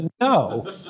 No